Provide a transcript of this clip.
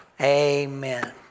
amen